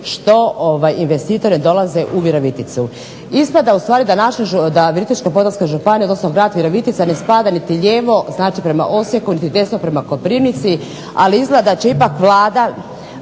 što investitori dolaze u Viroviticu. Ispada da Virovitička-Podravska županija odnosno grad Virovitica ne spada niti lijepo prema Osijeku niti desno prema Koprivnici, ali izgleda da će poslije